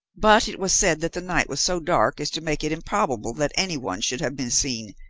but it was said that the night was so dark as to make it improbable that anyone should have been seen,